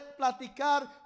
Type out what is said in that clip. platicar